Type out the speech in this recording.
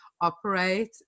operate